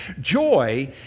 Joy